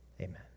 Amen